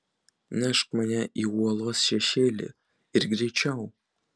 nešk mane į uolos šešėlį ir greičiau